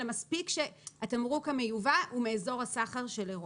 אלא מספיק שהתמרוק המיובא הוא מאזור הסחר של אירופה.